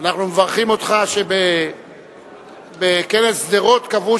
אנחנו מברכים אותך על כך שבכנס שדרות קבעו